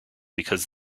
because